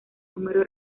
número